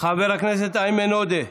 חבר הכנסת איימן עודה,